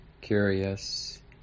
curious